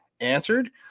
answered